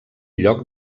lloc